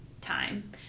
time